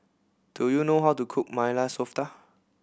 do you know how to cook Maili Softa